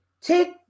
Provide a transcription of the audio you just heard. Take